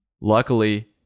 Luckily